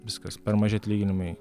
viskas per maži atlyginimai